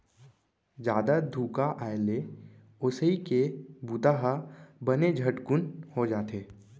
जादा धुका आए ले ओसई के बूता ह बने झटकुन हो जाथे